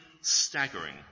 staggering